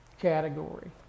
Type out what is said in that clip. category